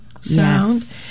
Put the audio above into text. sound